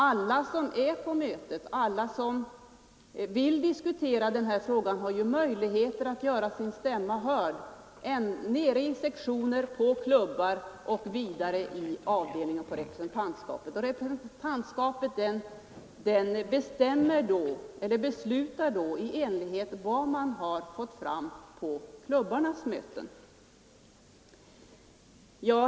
Alla som är på mötet, alla som vill diskutera frågan har möjlighet att göra sin stämma hörd i sektionen, på klubben och vidare i avdelningen via representantskapet. Och representantskapet beslutar i enlighet med vad man har fått fram på klubbarnas möten.